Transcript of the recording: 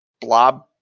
blob